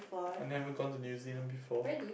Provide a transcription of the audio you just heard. I never gone to new-zealand before